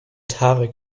tarek